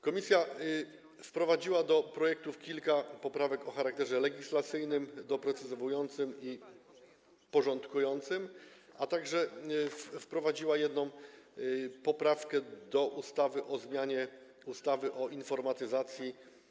Komisja wprowadziła do projektu kilka poprawek o charakterze legislacyjnym, doprecyzowującym i porządkującym, a także wprowadziła jedną poprawkę do ustawy o zmianie ustawy o informatyzacji.